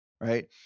right